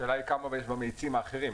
השאלה כמה יש במאיצים האחרים?